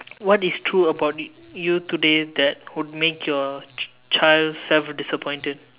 what is true about you today that would make your child self disappointed